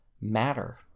matter